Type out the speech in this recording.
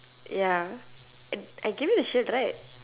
ya and I gave you the shirt right